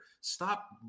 Stop